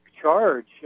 charge